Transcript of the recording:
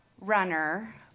runner